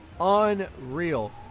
unreal